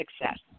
success